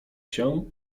się